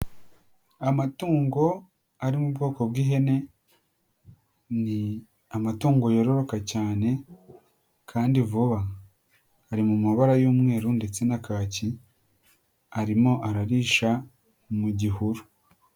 Amatungo ari mu bwoko bw'ihene, ni amatungo yororoka cyane kandi vuba. Ari mu mabara y'umweru ndetse na kaki, arimo ararisha mu gihuru.